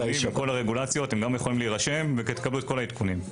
אתם גם יכולים להירשם ותקבלו את כל העדכונים.